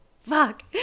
fuck